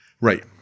right